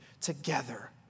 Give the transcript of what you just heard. together